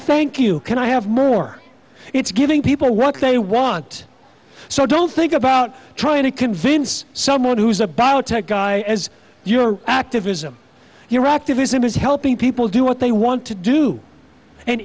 thank you can i have more it's giving people what they want so don't think about trying to convince someone who's a biotech guy as your activism your activism is helping people do what they want to do and